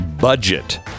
budget